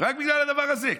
רק בגלל הדבר הזה.